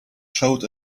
showed